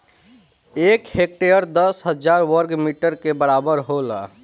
एक हेक्टेयर दस हजार वर्ग मीटर के बराबर होला